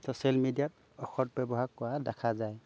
social মিডিয়াত অসৎ ব্যৱহাৰ কৰা দেখা যায়